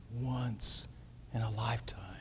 once-in-a-lifetime